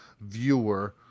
viewer